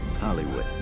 Hollywood